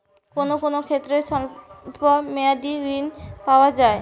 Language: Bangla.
কোন কোন ক্ষেত্রে স্বল্প মেয়াদি ঋণ পাওয়া যায়?